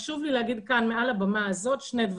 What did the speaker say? חשוב לי להגיד כאן מעל הבמה הזאת שני דברים: